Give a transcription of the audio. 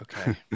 Okay